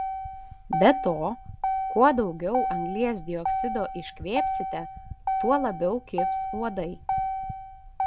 be to kuo daugiau anglies dioksido iškvėpsite tuo labiau kibs uodai